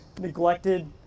neglected